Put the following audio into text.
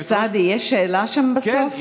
חבר הכנסת סעדי, יש שאלה שם בסוף?